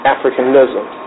Africanism